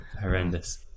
horrendous